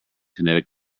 kinetic